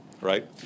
right